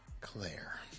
Claire